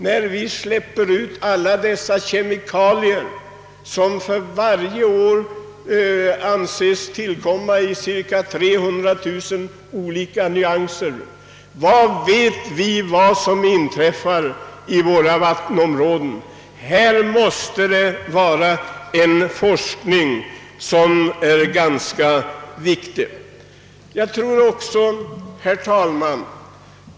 När vi släpper ut alla dessa kemikalier — man anser att det varje år tillkommer cirka 300 000 olika nyanser vad vet vi om det som inträffar i våra vattenområden? Här måste det vara viktigt med forskning. Herr talman!